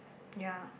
ya